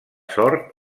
sort